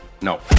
No